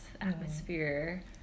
atmosphere